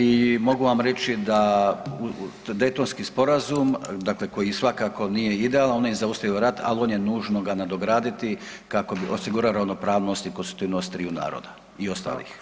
I mogu vam reći da Daytonski sporazum koji svakako nije idealan on nije zaustavio rat, ali nužno ga je nadograditi kako bi osigurali ravnopravnost i konstitutivnost triju naroda i ostalih.